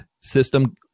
system